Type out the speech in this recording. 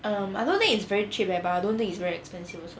um I don't think it's very cheap leh but I don't think it's very expensive also